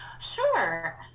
Sure